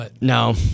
No